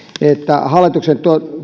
että hallituksen